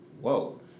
Whoa